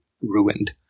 ruined